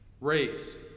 Race